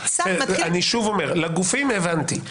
לגופים הבנתי.